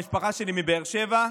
המשפחה שלי מבאר שבע.